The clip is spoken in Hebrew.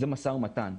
זה משא ומתן.